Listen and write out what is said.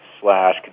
slash